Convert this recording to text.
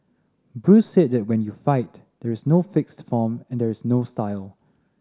Bruce said that when you fight there is no fixed form and there is no style